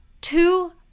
two